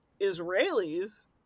Israelis